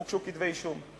הוגשו כתבי-אישום.